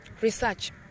research